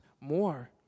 more